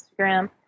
Instagram